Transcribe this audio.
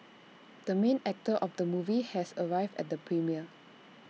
the main actor of the movie has arrived at the premiere